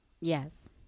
Yes